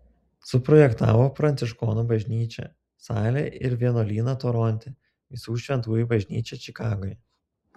suprojektavo pranciškonų bažnyčią salę ir vienuolyną toronte visų šventųjų bažnyčią čikagoje